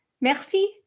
Merci